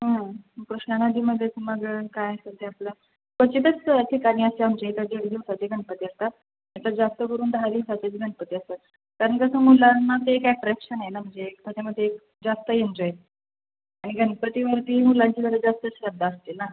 कृष्णा नदीमध्येच मग काय सध्या आपलं क्वचितच ठिकाणी असते आमच्या इथं दीड दिवसाचे गणपती असतात याच्यात जास्त करून दहा दिवसाचेच गणपती असतात कारण कसं मुलांना ते एक ॲट्रॅक्शन आहे ना म्हणजे त्याच्यामध्ये जास्त इंट्रेस्ट आणि गणपतीवरती मुलांची जरा जास्तच श्रद्धा असते ना